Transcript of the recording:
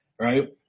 right